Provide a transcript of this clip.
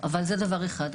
זה דבר אחד.